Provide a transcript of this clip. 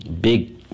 big